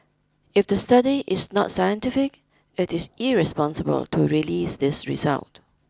if the study is not scientific it is irresponsible to release these result